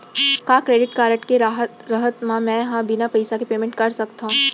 का credit card के रहत म, मैं ह बिना पइसा के पेमेंट कर सकत हो?